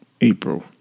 April